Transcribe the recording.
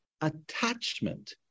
attachment